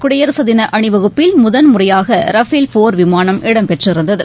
குடியரசுதினஅணிவகுப்பில் முதல்முறையாகரஃபேல் போர் விமானம் இடம்பெற்றிருந்தது